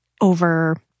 over